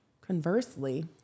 conversely